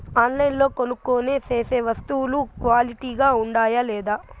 ఆన్లైన్లో కొనుక్కొనే సేసే వస్తువులు క్వాలిటీ గా ఉండాయా లేదా?